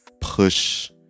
push